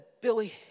Billy